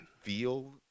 feel